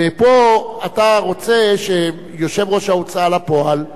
פה אתה רוצה שיושב-ראש ההוצאה לפועל,